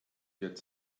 get